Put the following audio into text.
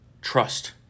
trust